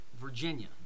Virginia